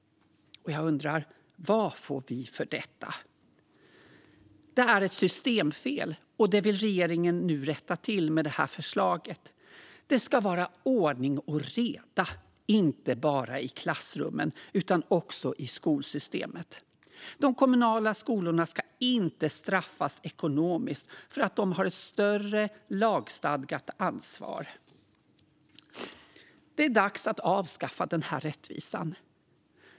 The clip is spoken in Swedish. Och jag undrar: Vad får vi för detta? Det här är ett systemfel, och det vill regeringen nu rätta till genom detta förslag. Det ska vara ordning och reda, inte bara i klassrummen utan också i skolsystemet. De kommunala skolorna ska inte straffas ekonomiskt för att de har ett större lagstadgat ansvar. Det är dags att avskaffa den här orättvisan.